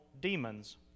demons